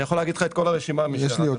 אני יכול להגיד לך את כל הרשימה של מי שירד,